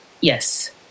Yes